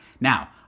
Now